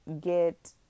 get